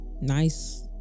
nice